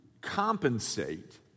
compensate